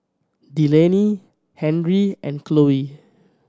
Delaney Henri and Khloe